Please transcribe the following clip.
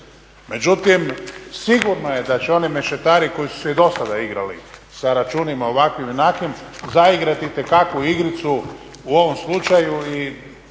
Međutim, sigurno je da će oni mešetari koji su se i dosada igrali sa računima ovakvim i onakvim zaigrati itekakvu igricu u ovom slučaju i